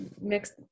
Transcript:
mixed